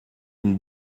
une